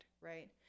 right